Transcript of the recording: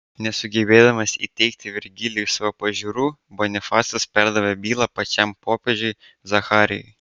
nesugebėdamas įteigti virgilijui savo pažiūrų bonifacas perdavė bylą pačiam popiežiui zacharijui